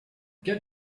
get